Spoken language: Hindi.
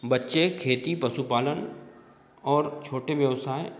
बच्चे खेती पशुपालन और छोटे व्यवसाय